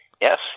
Yes